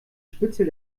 spitzel